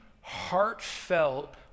heartfelt